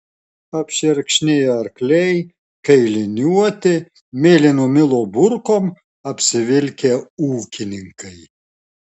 apšerkšniję arkliai kailiniuoti mėlyno milo burkom apsivilkę ūkininkai